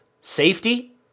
Safety